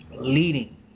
leading